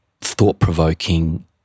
thought-provoking